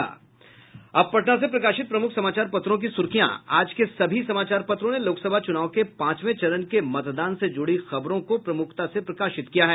अब पटना से प्रकाशित प्रमुख समाचार पत्रों की सुर्खियां आज के सभी समाचारों पत्रों ने लोकसभा चुनाव के पांचवें चरण के मतदान से जुड़ी खबरों को प्रमुखता से प्रकाशित किया है